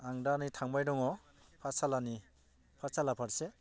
आं दा नै थांबाय दङ पाठसालानि पाठसाला फारसे